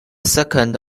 second